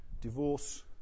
Divorce